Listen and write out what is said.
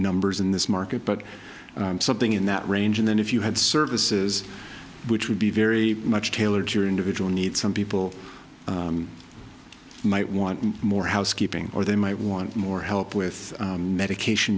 numbers in this market but something in that range and then if you had services which would be very much tailored to your individual needs some people might want more housekeeping or they might want more help with medication